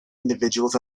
individuals